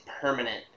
permanent